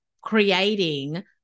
creating